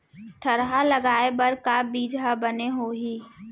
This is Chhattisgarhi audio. थरहा लगाए बर का बीज हा बने होही?